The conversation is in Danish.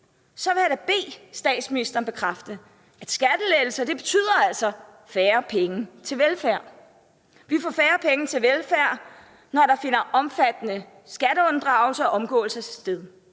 Så jeg vil da bede statsministeren bekræfte, at skattelettelser altså betyder færre penge til velfærd. Vi får færre penge til velfærd, når der finder omfattende skatteunddragelse og -omgåelse sted,